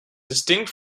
distinct